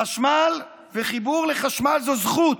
חשמל וחיבור לחשמל זו זכות.